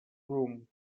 groom